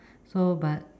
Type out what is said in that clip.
so but